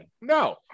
No